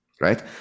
right